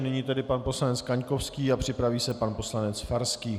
Nyní tedy pan poslanec Kaňkovský, připraví se pan poslanec Farský.